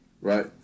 Right